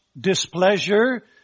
displeasure